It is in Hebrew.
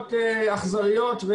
פעולות אכזריות.